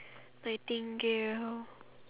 I think gale